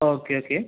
okay okay